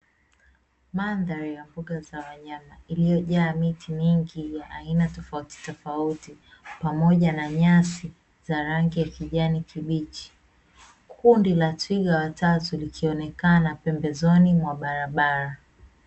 Mandhari ya mbuga za wanyama, iliyojaa miti mingi ya aina tofautitofauti pamoja na nyasi za rangi ya kijani kibichi, kundi la twiga watatu likionekana pembezoni mwa barabara.